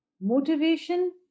motivation